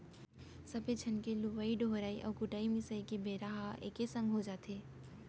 सब्बे झन के लुवई डोहराई अउ कुटई मिसाई के बेरा ह एके संग हो जाथे